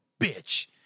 bitch